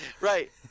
right